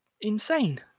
insane